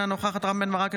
אינה נוכחת רם בן ברק,